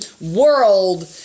world